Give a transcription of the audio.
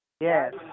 Yes